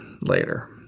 later